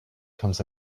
comes